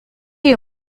you